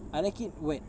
I like it wet